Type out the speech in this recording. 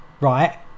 right